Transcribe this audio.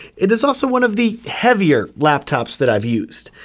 it is also one of the heavier laptops that i've used.